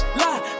lie